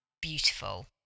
Beautiful